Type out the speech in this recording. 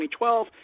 2012